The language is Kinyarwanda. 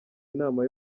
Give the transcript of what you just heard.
inama